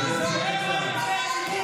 בפעם הבאה,